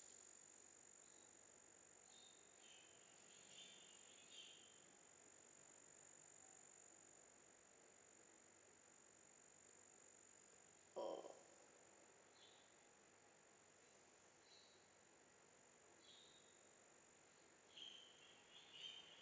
oh